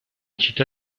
città